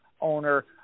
Owner